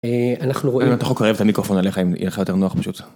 אנחנו רואים, אתה יכול לקרב את המיקרופון אליך אם יהיה לך יותר נוח פשוט.